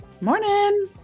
Morning